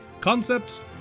concepts